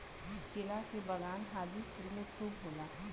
केला के बगान हाजीपुर में खूब होला